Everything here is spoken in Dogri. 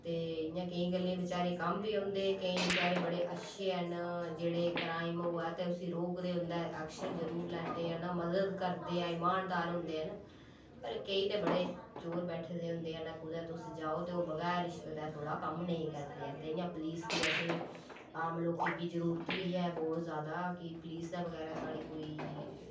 ते इ'यां केईं गल्लें बेचारे कम्म बी औंदे केईं बेचारे बड़े अच्छे ऐ न जेह्ड़े क्राइम होआ दे उसी रोकदे उंदै'र ऐक्शन जरूर लैंदे हैन मदद करदे हैन ईमानदार होंदे न पर केईं ते बड़े चोर बैठे दे होंदे हैन कुतै तुस जाओ ते ओह् बगैर रिश्वत दे थुआढ़ा कम्म नेईं करदे हैन ते इ'यां पुलिस दी असें आम लोकें गी जरूरत बी ऐ बौह्त ज्यादा कि पुलिस दे बगैरा साढ़ी कोई